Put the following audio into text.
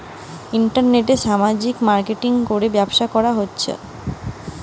ইন্টারনেটে সামাজিক যে মার্কেটিঙ করে ব্যবসা করা হতিছে